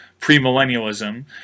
premillennialism